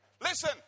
Listen